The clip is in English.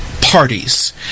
parties